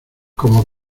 como